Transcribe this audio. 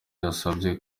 yasavye